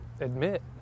admit